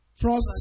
trust